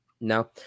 no